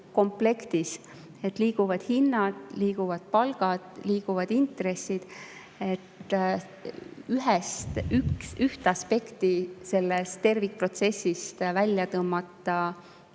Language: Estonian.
komplektina: liiguvad hinnad, liiguvad palgad, liiguvad intressid. Ühte aspekti sellest tervikprotsessist välja tõmmata